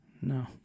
No